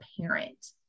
parent